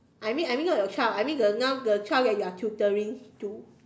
I mean I mean not your child I mean the now the child that you are tutoring to